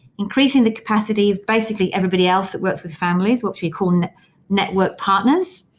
increasing the capacity of basically everybody else that works with families, which we call network partners,